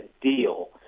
deal